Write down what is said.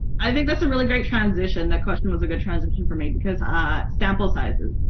i think that's a really great transition. that question was a good transition for me, because ah sample sizes.